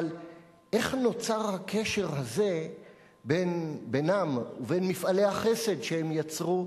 אבל איך נוצר הקשר הזה בינם ובין מפעלי החסד שהם יצרו,